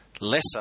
Lesser